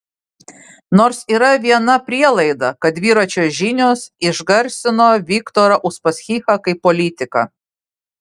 nors yra viena prielaida kad dviračio žinios išgarsino viktorą uspaskichą kaip politiką